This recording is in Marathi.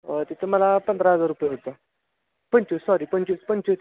तिथं मला पंधरा हजार रुपये होतं पंचवीस सॉरी पंचवीस पंचवीस